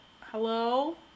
Hello